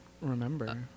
Remember